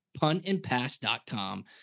puntandpass.com